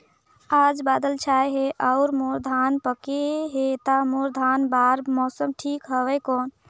आज बादल छाय हे अउर मोर धान पके हे ता मोर धान बार मौसम ठीक हवय कौन?